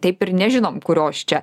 taip ir nežinom kurios čia